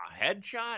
headshot